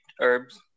herbs